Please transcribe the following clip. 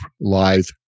live